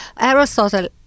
Aristotle